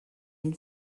mil